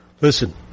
Listen